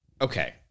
okay